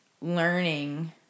learning